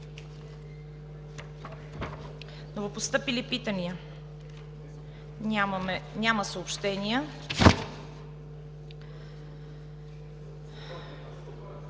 Новопостъпили питания. Няма съобщения.